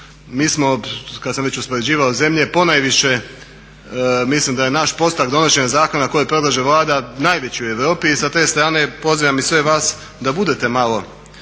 Mi smo, kad sam već uspoređivao zemlje ponajviše mislim da je naš postotak donošenja zakona koji predlaže Vlada najveći u Europi i sa te strane pozivam i sve vas da budete malo